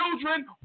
Children